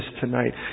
tonight